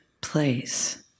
place